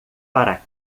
para